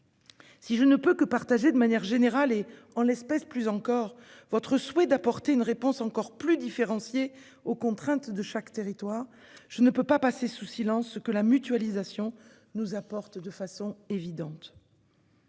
Si je ne peux que partager, de manière générale et plus encore en l'espèce, votre souhait d'apporter une réponse plus différenciée aux contraintes de chaque territoire, je ne peux non plus passer sous silence ce que la mutualisation nous apporte de façon évidente.